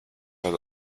had